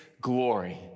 glory